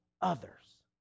others